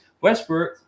Westbrook